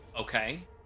Okay